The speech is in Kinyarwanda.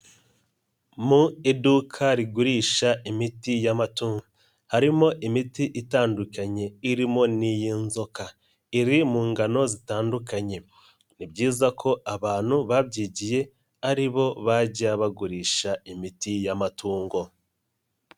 Mu iduka rigurisha imiti y'amatungo, harimo imiti itandukanye irimo n'iy'inzoka iri mu ngano zitandukanye, ni byiza ko abantu babyigiye ari bo bajya bagurisha imiti yamatungo.